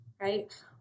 right